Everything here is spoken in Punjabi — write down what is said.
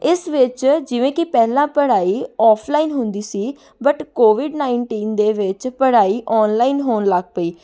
ਇਸ ਵਿੱਚ ਜਿਵੇਂ ਕਿ ਪਹਿਲਾਂ ਪੜ੍ਹਾਈ ਔਫਲਾਈਨ ਹੁੰਦੀ ਸੀ ਬਟ ਕੋਵਿਡ ਨਾਈਟੀਨ ਦੇ ਵਿੱਚ ਪੜ੍ਹਾਈ ਆਨਲਾਈਨ ਹੋਣ ਲੱਗ ਪਈ